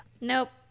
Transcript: Nope